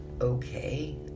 okay